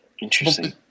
Interesting